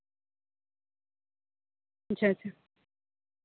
ᱟᱪᱪᱷᱟ ᱟᱪᱪᱷᱟ